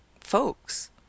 folks